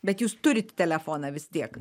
bet jūs turit telefoną vis tiek